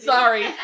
Sorry